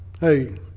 hey